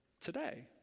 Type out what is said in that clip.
today